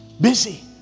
busy